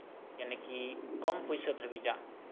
ᱤᱭᱟᱱᱟᱠᱤ ᱠᱚᱢ ᱯᱩᱭᱥᱟᱹ ᱫᱷᱟᱹᱵᱤᱡᱟᱜ